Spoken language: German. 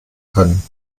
können